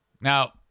Now